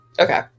Okay